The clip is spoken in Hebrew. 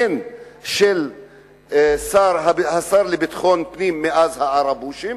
הן של השר לביטחון פנים מאז ה"ערבושים",